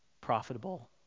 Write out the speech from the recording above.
profitable